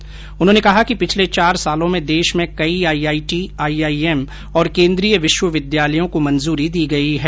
श्री मोदी ने कहा कि पिछले चार सालों में देश में कई आईआईटी आईआईएम और केन्द्रीय विश्वविद्यालयों को मंजूरी दी गई है